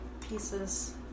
pieces